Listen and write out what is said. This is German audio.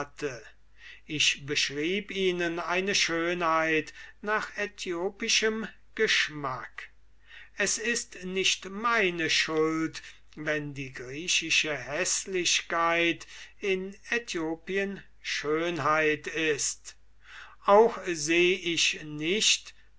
ich beschrieb ihnen eine schönheit nach äthiopischem geschmack es ist nicht meine schuld wenn die griechische häßlichkeit in aethiopien schönheit ist auch seh ich nicht